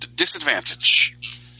Disadvantage